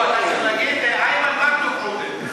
לא, אתה צריך להגיד איימן מכלוף עודה.